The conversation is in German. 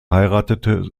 heiratete